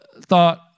thought